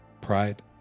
pride